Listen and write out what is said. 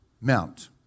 mount